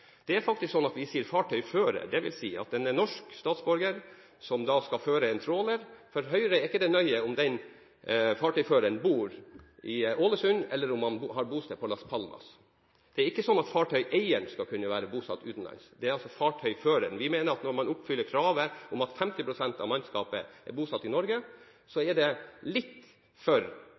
Det er slik at vi sier: fartøyfører. Når en norsk statsborger skal føre en tråler, er det for Høyre ikke så nøye om den fartøyføreren bor i Ålesund eller om han har bosted på Las Palmas. Det er ikke sånn at fartøyeieren skal kunne være bosatt utenlands, det er altså fartøyføreren. Vi mener at når man oppfyller kravet om at 50 pst. av mannskapet er bosatt i Norge, er det et litt for